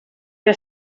que